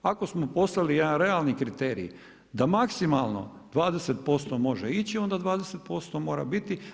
Ako smo poslali jedan realan kriterij, da maksimalno 20% može ići, onda 20% mora biti.